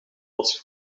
als